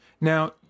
Now